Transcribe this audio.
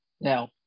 now